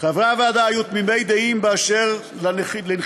חברי הוועדה היו תמימי דעים באשר לנחיצות